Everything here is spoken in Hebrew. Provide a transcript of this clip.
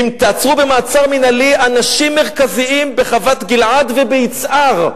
אנשים מרכזיים בחוות-גלעד וביצהר.